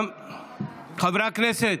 חברי הכנסת,